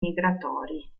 migratori